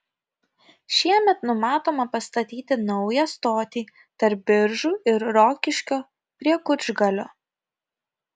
šiemet numatoma pastatyti naują stotį tarp biržų ir rokiškio prie kučgalio